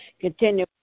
Continue